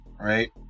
Right